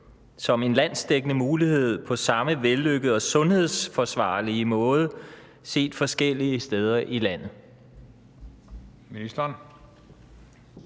som en landsdækkende mulighed på den samme vellykkede og sundhedsfagligt forsvarlige måde set forskellige steder i landet?